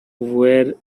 were